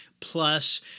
plus